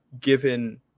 given